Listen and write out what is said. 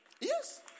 Yes